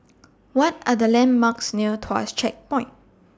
What Are The landmarks near Tuas Checkpoint